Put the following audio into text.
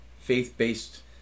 faith-based